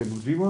אתם יודעים מה